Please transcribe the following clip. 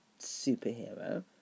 superhero